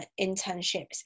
internships